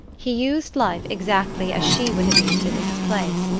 he used life exactly as she would have used it in his place.